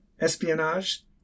espionage